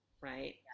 Right